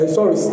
Sorry